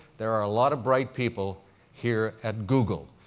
there are a lot of bright people here at google.